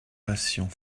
passions